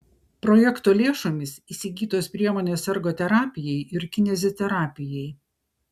projekto lėšomis įsigytos priemonės ergoterapijai ir kineziterapijai